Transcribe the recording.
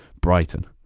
Brighton